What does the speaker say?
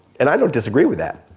and i don't disagree with that.